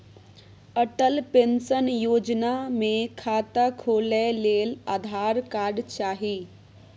Atal pension योजना मे खाता खोलय लेल आधार कार्ड चाही